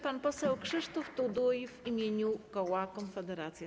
Pan poseł Krzysztof Tuduj w imieniu koła Konfederacja.